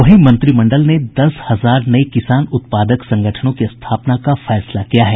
वहीं मंत्रिमंडल ने दस हजार नये किसान उत्पादक संगठनों की स्थापना का फैसला किया है